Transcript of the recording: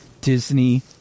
disney